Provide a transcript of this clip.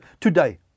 today